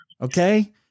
Okay